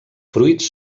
fruits